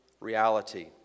reality